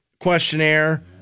questionnaire